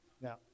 Now